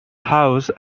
house